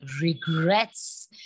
regrets